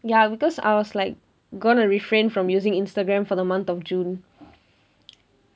ya because I was like gonna refrain from using instagram for the month of june